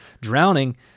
drowning